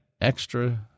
extra